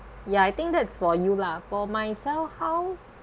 yeah I think that is for you lah for myself how